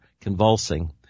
convulsing